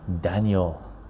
daniel